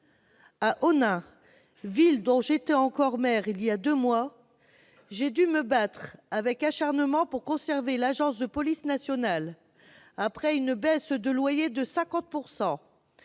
À Onnaing, ville dont j'étais encore maire voilà deux mois, j'ai dû me battre avec acharnement pour conserver l'agence de police nationale. Après une baisse de loyer de 50